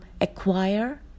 acquire